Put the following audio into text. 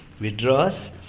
withdraws